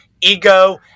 ego